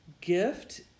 gift